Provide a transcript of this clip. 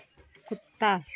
कुत्ता